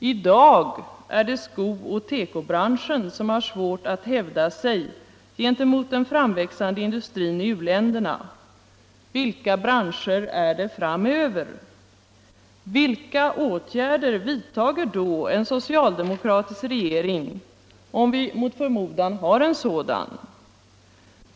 I dag är det skooch tekobranschen som har svårt att hävda sig gentemot den framväxande industrin i u-länderna. Vilka branscher är det framöver? Vilka åtgärder vidtager då en socialdemokratisk regering, om vi mot förmodan har en sådan?